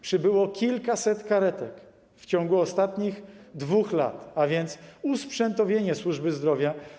Przybyło kilkaset karetek w ciągu ostatnich 2 lat, a więc to usprzętowienie służby zdrowia.